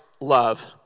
love